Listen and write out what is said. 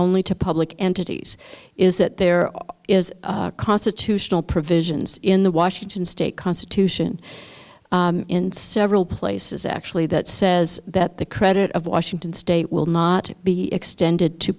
only to public entities is that there is a constitutional provisions in the washington state constitution in several places actually that says that the credit of washington state will not be extended to